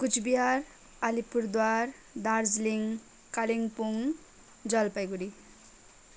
Cooch Behar Alipurduar Darjeeling Kalimpong Jalpaiguri